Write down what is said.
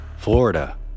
Florida